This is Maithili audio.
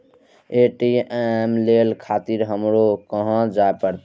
ए.टी.एम ले खातिर हमरो कहाँ जाए परतें?